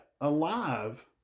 alive